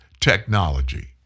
technology